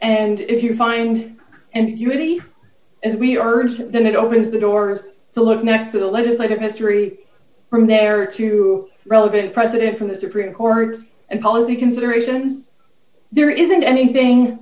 and if you find and unity and we are then it opens the door to look next to the legislative history from there to relevant president from the supreme court and policy consideration there isn't anything